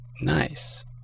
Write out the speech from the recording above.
nice